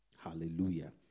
Hallelujah